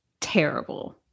terrible